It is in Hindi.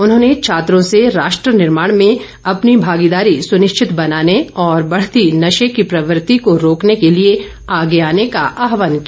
उन्होंने छात्रों से राष्ट्र निर्माण में अपनी भागीदारी सुनिश्चित बनाने और बढ़ती नशे की प्रवृत्ति को रोकने के लिए आगे आने का आहवान किया